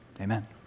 amen